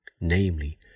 namely